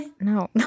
no